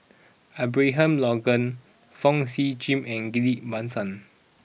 Abraham Logan Fong Sip Chee and Ghillie Basan